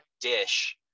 dish